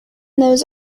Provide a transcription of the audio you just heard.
those